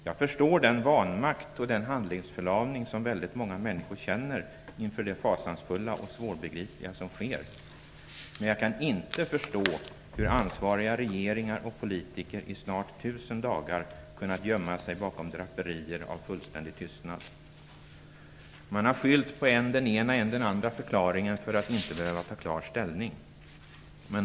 Jag förstår den vanmakt och den handlingsförlamning som många människor känner inför det fasansfulla och svårbegripliga som sker. Men jag kan inte förstå hur ansvariga regeringar och politiker i snart tusen dagar har kunnat gömma sig bakom draperier av fullständig tystnad. Man har skyllt på än det ena än det andra för att inte behöva ta någon klar ställning.